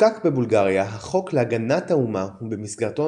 חוקק בבולגריה החוק להגנת האומה ובמסגרתו